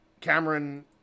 Cameron